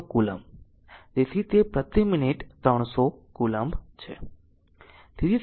તેથી તે પ્રતિ મિનિટ 300 કૂલોમ્બ છે